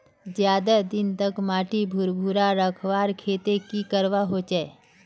ज्यादा दिन तक माटी भुर्भुरा रखवार केते की करवा होचए?